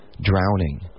drowning